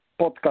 podcast